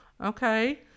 okay